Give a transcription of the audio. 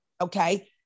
Okay